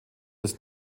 des